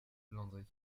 landry